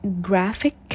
graphic